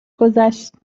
گذشت